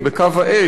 בקו האש,